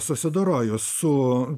susidorojo su